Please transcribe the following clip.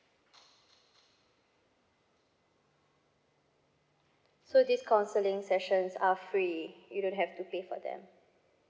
so this counseling sessions are free you don't have to pay for them